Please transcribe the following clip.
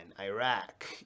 Iraq